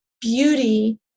beauty